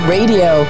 Radio